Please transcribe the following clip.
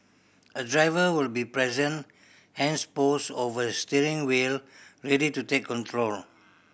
a driver will be present hands poised over the steering wheel ready to take control